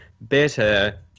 better